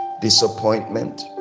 disappointment